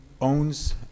owns